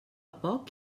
poc